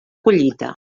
collita